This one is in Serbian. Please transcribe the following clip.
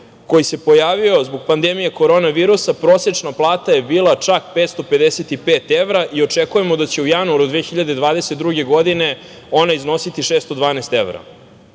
koji se pojavio zbog pandemije korona virusa, prosečna plata je bila čak 555 evra i očekujemo da će u januaru 2022. godine ona iznositi 612 evra. Pored